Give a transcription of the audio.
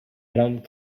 grand